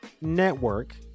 network